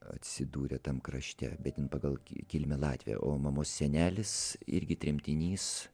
atsidūrė tam krašte bet jin pagal kilmę latvė o mano senelis irgi tremtinys